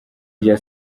rya